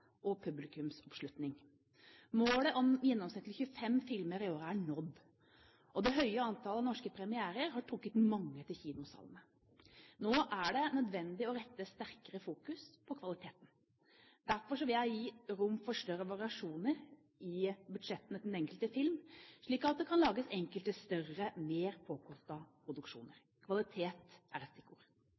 og publikumsoppslutning. Målet om gjennomsnittlig 25 filmer i året er nådd, og det høye antallet norske premierer har trukket mange til kinosalene. Nå er det nødvendig å rette sterkere fokus på kvaliteten. Derfor vil jeg gi rom for større variasjoner i budsjettene til den enkelte film, slik at det kan lages enkelte større, mer påkostede produksjoner. Kvalitet er